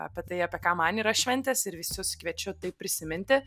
apie tai apie ką man yra šventės ir visus kviečiu tai prisiminti